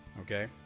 okay